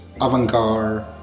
avant-garde